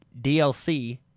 dlc